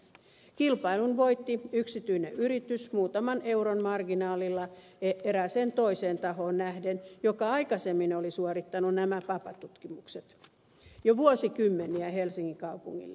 kilpailun voitti yksityinen yritys muutaman euron marginaalilla erääseen toiseen tahoon nähden joka aikaisemmin oli suorittanut nämä papatutkimukset jo vuosikymmeniä helsingin kaupungille